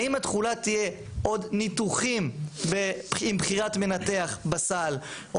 האם התכולה תהיה עוד ניתוחים עם בחירת מנתח בסל או